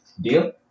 Deal